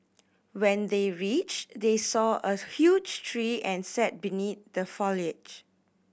when they reached they saw a huge tree and sat beneath the foliage